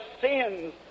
sins